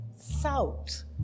salt